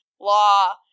law